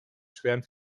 schweren